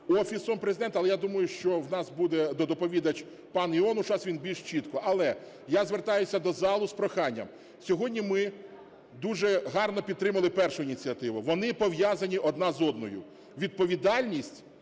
Офісом Президента. Але я думаю, що в нас буде доповідач - пан Іонушас, він більш чітко. Але я звертаюся до зали з проханням. Сьогодні ми дуже гарно підтримали першу ініціативу, вони пов'язані одна з одною. Відповідальність,